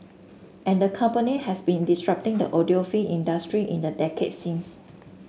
and the company has been disrupting the audiophile industry in the decade since